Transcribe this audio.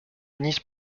nice